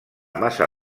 massa